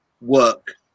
work